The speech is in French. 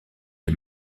les